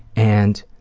and